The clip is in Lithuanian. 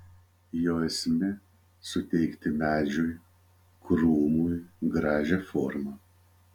jo esmė suteikti medžiui krūmui gražią formą